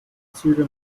züge